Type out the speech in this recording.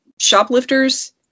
shoplifters